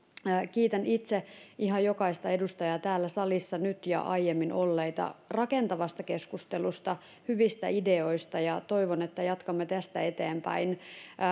kiitän itse ihan jokaista täällä salissa nyt ja aiemmin ollutta edustajaa rakentavasta keskustelusta hyvistä ideoista ja toivon että jatkamme tästä eteenpäin